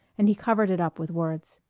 and he covered it up with words.